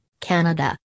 Canada